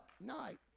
night